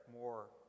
more